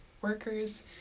workers